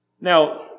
Now